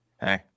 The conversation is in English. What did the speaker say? Hey